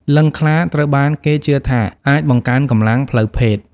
លិង្គខ្លាត្រូវបានគេជឿថាអាចបង្កើនកម្លាំងផ្លូវភេទ។